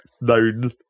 known